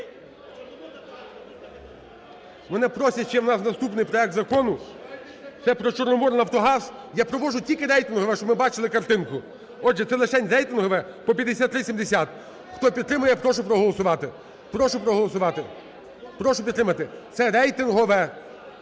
Мене просять, ще у нас наступний проект Закону це про "Чорноморнафтогаз". Я проводжу тільки рейтингове, щоб ми бачили картинку. Отже, це лишень рейтингове по 5370. Хто підтримує, прошу проголосувати. Прошу проголосувати. Прошу підтримати. Це рейтингове.